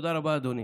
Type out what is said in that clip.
תודה רבה, אדוני.